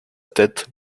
tête